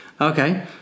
Okay